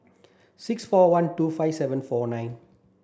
six four one two five seven four nine